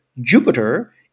Jupiter